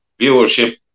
viewership